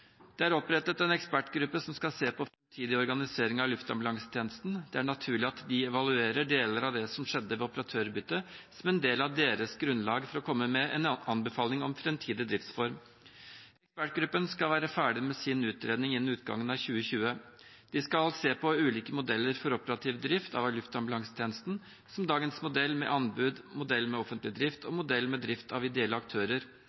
Det er opprettet en ekspertgruppe som skal se på framtidig organisering av luftambulansetjenesten. Det er naturlig at de evaluerer deler av det som skjedde ved operatørbyttet, som en del av sitt grunnlag for å komme med en anbefaling om framtidig driftsform. Ekspertgruppen skal være ferdig med sin utredning innen utgangen av 2020. De skal se på ulike modeller for operativ drift av luftambulansetjenesten, som dagens modell med anbud, modellen med offentlig drift og modellen med drift av ideelle aktører.